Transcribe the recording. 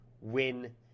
win